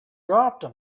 dropped